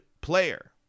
player